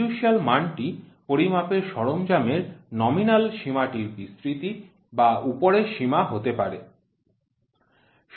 fiducial মানটি পরিমাপের সরঞ্জামের নমিনাল সীমাটির বিস্তৃতি বা উপরের সীমা হতে পারে